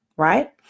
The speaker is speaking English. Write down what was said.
right